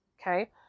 Okay